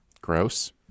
Gross